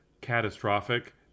catastrophic